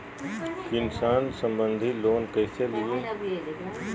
किसान संबंधित लोन कैसै लिये?